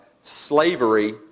slavery